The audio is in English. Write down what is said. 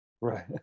Right